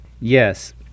Yes